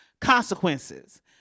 consequences